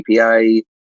API